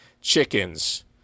chickens